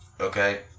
Okay